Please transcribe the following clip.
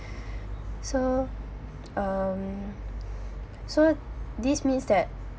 so um so this means that